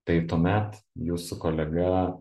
tai tuomet jūsų kolega